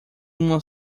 uma